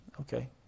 okay